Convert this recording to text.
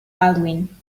baldwin